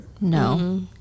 No